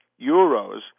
euros